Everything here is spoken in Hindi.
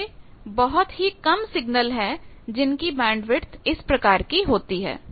ऐसे बहुत ही कम सिग्नल है जिनकी बैंडविथ इस प्रकार की होती है